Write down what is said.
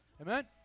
Amen